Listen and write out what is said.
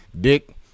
Dick